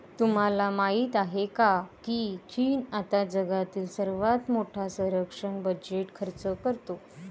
तुम्हाला माहिती आहे का की चीन आता जगातील सर्वात मोठा संरक्षण बजेट खर्च करतो?